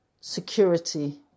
security